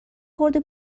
خورده